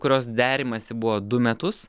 kurios derimasi buvo du metus